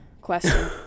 question